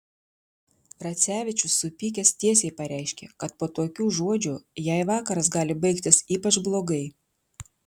racevičius supykęs tiesiai pareiškė kad po tokių žodžių jai vakaras gali baigtis ypač blogai